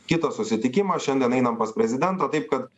kitą susitikimą šiandien einam pas prezidentą taip kad